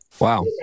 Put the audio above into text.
Wow